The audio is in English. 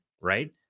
right